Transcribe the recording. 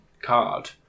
card